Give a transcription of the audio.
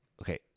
okay